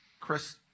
Chris